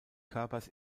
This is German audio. körpers